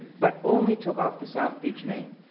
but only took off the south beach name.